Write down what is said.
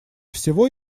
всего